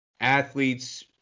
athletes